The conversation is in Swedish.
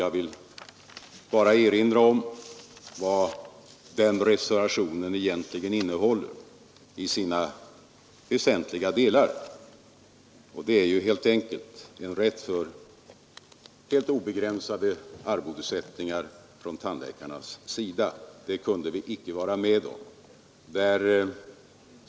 Jag vill bara erinra om att en av reservationerna helt enkelt skulle innebära en rätt till helt obegränsade arvoden från tandläkarnas sida. Och det kunde vi inte vara med om.